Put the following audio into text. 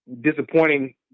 disappointing